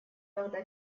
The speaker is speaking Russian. тогда